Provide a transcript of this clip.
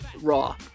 Raw